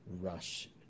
rush